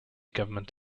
government